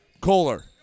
Kohler